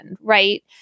right